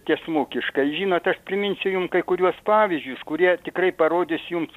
tiesmukiškai žinot aš priminsiu jum kai kuriuos pavyzdžius kurie tikrai parodys jums